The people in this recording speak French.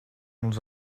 nous